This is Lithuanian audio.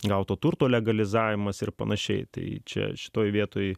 gauto turto legalizavimas ir panašiai tai čia šitoje vietoj